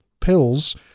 pills